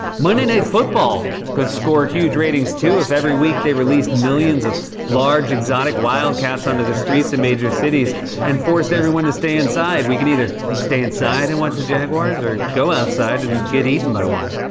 monday night football could score huge ratings too if every week they released millions of large exotic wildcats onto the streets in major cities and forced everyone to stay inside. we could either stay inside and watch the jaguars or go outside and get eaten by one.